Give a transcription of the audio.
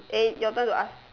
eh your turn to ask